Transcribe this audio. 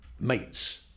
Mates